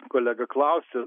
kolega klausia